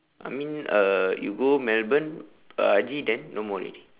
I mean uh you go melbourne uh haji then no more already